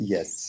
Yes